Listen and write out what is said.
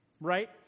right